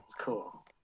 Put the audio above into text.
cool